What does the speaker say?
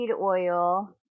oil